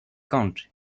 kończy